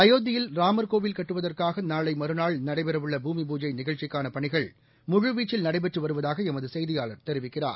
அயோத்தியில் ராம்கோவில் கட்டுவதற்காக நாளை மறுநாள் நடைபெறவுள்ள பூமி பூஜை நிகழ்ச்சிக்கான பணிகள் முழுவீச்சில் நடைபெற்று வருவதூக எமது செய்தியாளர் தெரிவிக்கிறார்